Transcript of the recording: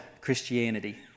Christianity